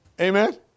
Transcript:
Amen